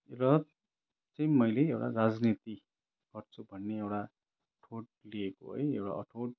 र चाहिँ मैले एउटा राजनीति गर्छु भन्ने एउटा अठोट लिएको है एउटा अठोट